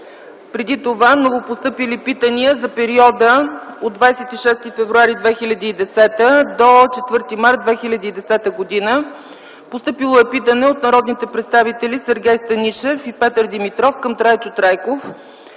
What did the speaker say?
Преди това новопостъпили питания за периода 26 февруари – 4 март 2010 г.: Питане от народните представители Сергей Станишев и Петър Димитров към Трайчо Трайков